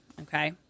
Okay